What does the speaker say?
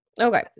Okay